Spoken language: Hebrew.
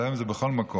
אבל היום זה בכל מקום,